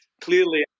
Clearly